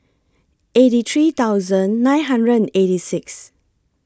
eight three nine hundred and eighty six